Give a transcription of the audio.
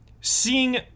seeing